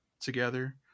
together